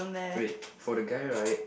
wait for the guy right